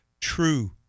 true